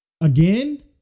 Again